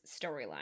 storyline